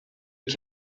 que